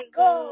go